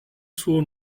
suo